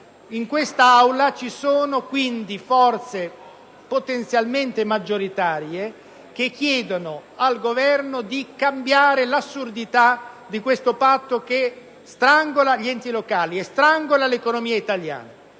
In quest'Aula, quindi, ci sono forze potenzialmente maggioritarie che chiedono al Governo di cambiare l'assurdità di questo patto che strangola gli enti locali e l'economia italiana.